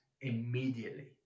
immediately